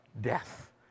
death